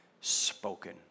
spoken